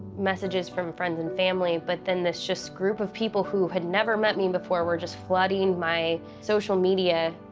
messages from friends and family, but then this just group of people who had never met me before were just flooding my social media